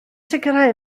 sicrhau